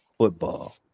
football